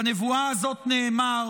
בנבואה הזאת נאמר: